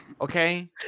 Okay